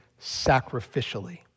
sacrificially